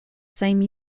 same